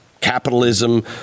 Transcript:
capitalism